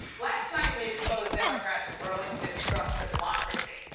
last night, we expose democrats and growing destructive democracy,